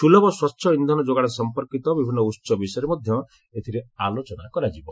ସୁଲଭ ସ୍ୱଚ୍ଚ ଇନ୍ଧନ ଯୋଗାଣ ସମ୍ପର୍କିତ ବିଭିନ୍ନ ଉହ ବିଷୟରେ ମଧ୍ୟ ଏଥିରେ ଆଲୋଚନା କରାଯିବ